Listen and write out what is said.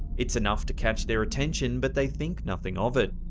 it's enough to catch their attention, but they think nothing of it,